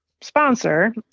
sponsor